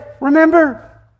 remember